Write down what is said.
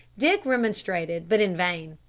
dick remonstrated, but in vain.